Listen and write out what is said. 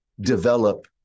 develop